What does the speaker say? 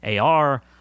AR